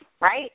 right